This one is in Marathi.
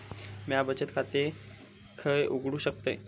म्या बचत खाते खय उघडू शकतय?